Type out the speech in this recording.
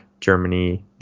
Germany